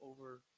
over